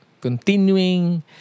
continuing